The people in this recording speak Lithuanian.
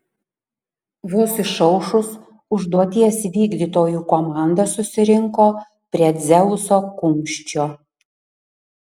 vos išaušus užduoties vykdytojų komanda susirinko prie dzeuso kumščio